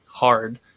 hard